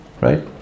Right